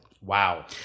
Wow